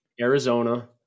Arizona